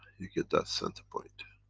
you get that center point.